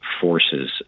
forces